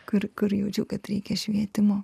kur jaučiau kad reikia švietimo